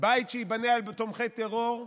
בית שייבנה על תומכי טרור,